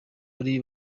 bari